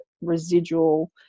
residual